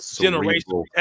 generation